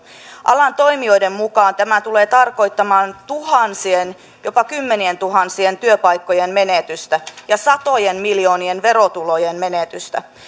alan toimijoiden mukaan tämä tulee tarkoittamaan tuhansien jopa kymmenien tuhansien työpaikkojen menetystä ja satojen miljoonien verotulojen menetystä